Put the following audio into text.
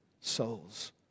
souls